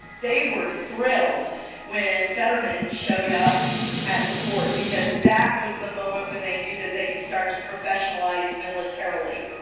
they were thrilled when fetterman showed up at the fort because that was the moment when they knew that they could start to professionalize militarily.